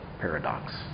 Paradox